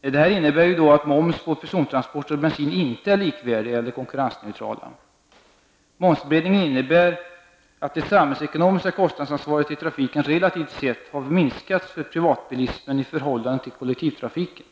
Detta innebär att moms på persontransporter och bensin inte är likvärdiga eller konkurrensneutrala. Momsbreddningen innebär att det samhällsekonomiska kostnadsansvaret i trafiken relativt sett har minskats för privatbilismen i förhållande till kollektivtrafiken.